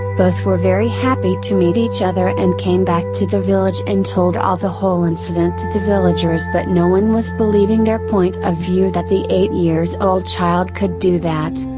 both were very happy to meet each other and came back to the village and told all the whole incident to the villagers but no one was believing their point of view that the eight years old child could do that.